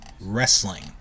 wrestling